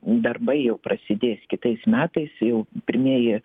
darbai jau prasidės kitais metais jau pirmieji